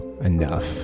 enough